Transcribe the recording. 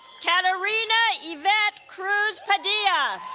katarina ivette cruz padilla